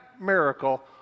miracle